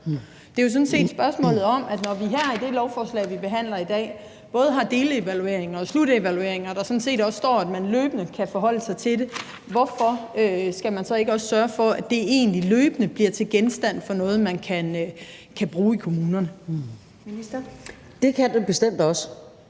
det er jo sådan set spørgsmålet om, at når vi i det lovforslag, vi behandler i dag, både har delevalueringer og slutevalueringer og der sådan set også står, at man løbende kan forholde sig til det, hvorfor man så ikke også skal sørge for, at det egentlig løbende bliver genstand for noget, man kan bruge i kommunerne. Kl. 12:20 Første